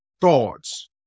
thoughts